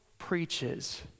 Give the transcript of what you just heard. preaches